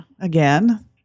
again